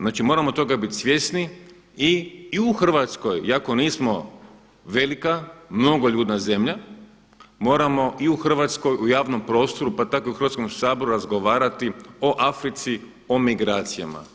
Znači moramo toga biti svjesni i u Hrvatskoj iako nismo velika, mnogoljudna zemlja moramo i u Hrvatskoj u javnom prostoru pa tako i u Hrvatskom saboru razgovarati o Africi i o migracijama.